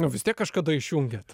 nu vis tiek kažkada išjungiat